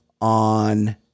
on